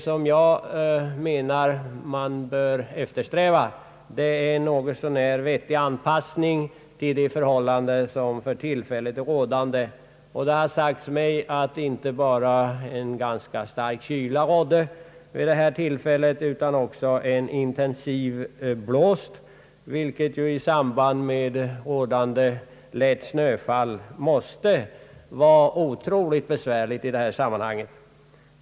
Vad jag anser att man bör eftersträva är en något så när vettig anpassning till de förhållanden som för tillfället råder. Det har sagts mig att inte bara stark kyla rådde vid det här tillfället utan också en intensiv blåst, vilket i samband med förekommande lätt snöfall måste vara otroligt besvärligt i detta sammanhang.